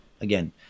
Again